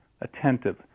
attentive